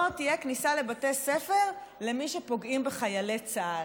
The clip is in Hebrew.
תהיה כניסה לבתי ספר למי שפוגעים בחיילי צה"ל.